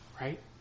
right